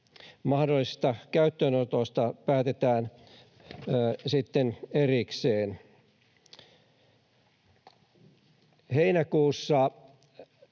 Mahdollisesta käyttöönotosta päätetään sitten erikseen. Heinäkuussa